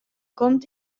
komt